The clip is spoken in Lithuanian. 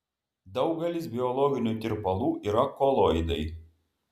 daugelis biologinių tirpalų yra koloidai